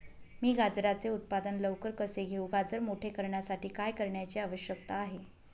मी गाजराचे उत्पादन लवकर कसे घेऊ? गाजर मोठे करण्यासाठी काय करण्याची आवश्यकता आहे?